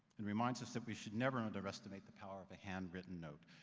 and reminds us that we should never underestimate the power of handwritten note.